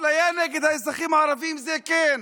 אפליה נגד האזרחים הערבים, זה כן.